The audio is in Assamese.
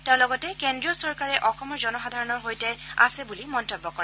তেওঁ লগতে কেন্দ্ৰীয় চৰকাৰে দৃঢ়তাৰে অসমৰ জনসাধাৰণৰ সৈতে আছে বুলি মন্তব্য কৰে